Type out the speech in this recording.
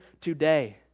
today